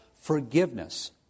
forgiveness